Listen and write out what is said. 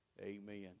amen